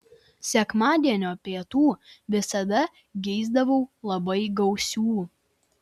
sekmadienio pietų visada geisdavau labai gausių